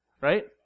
Right